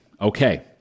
Okay